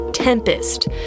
Tempest